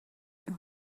greu